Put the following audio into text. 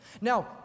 Now